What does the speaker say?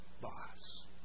boss